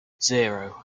zero